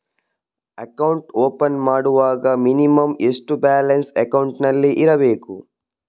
Account open ಮಾಡುವಾಗ minimum ಎಷ್ಟು balance ಅಕೌಂಟಿನಲ್ಲಿ ಇರಬೇಕು?